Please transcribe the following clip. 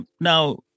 Now